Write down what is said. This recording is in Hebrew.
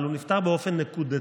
אבל הוא נפתר באופן נקודתי.